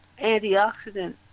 antioxidant